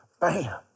Bam